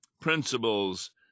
principles